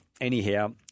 Anyhow